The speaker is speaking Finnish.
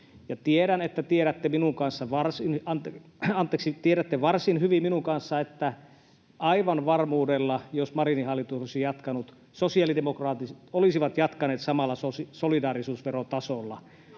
tiedätte varsin hyvin minun kanssani, että aivan varmuudella, jos Marinin hallitus olisi jatkanut, sosiaalidemokraatit olisivat jatkaneet samalla solidaarisuusverotasolla.